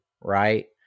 right